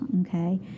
okay